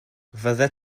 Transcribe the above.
fyddet